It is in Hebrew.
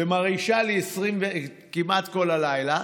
ומרעישה לי כמעט כל הלילה,